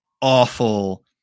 awful